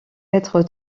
être